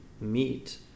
meet